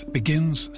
begins